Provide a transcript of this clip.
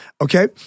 okay